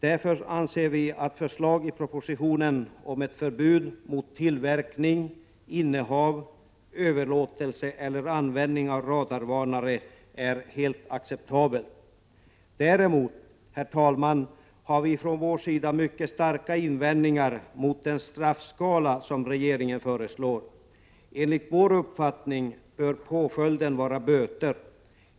Därför anser vi att förslaget i propositionen om ett förbud mot tillverkning, innehav, överlåtelse eller användning av radarvarnare är helt acceptabelt. 133 Däremot, herr talman, har vi från vår sida mycket starka invändningar mot 15 december 1987 den straffskala som regeringen föreslår. Enligt vår uppfattning bör påföljden vara böter.